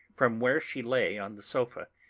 from where she lay on the sofa,